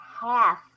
half